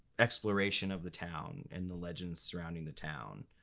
exploration of the town and the legends surrounding the town